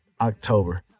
October